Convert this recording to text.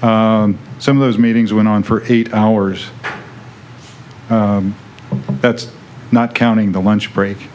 some of those meetings went on for eight hours that's not counting the lunch break